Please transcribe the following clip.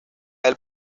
del